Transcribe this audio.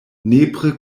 nepre